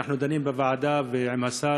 שבהן אנחנו דנים בוועדה ועם השר.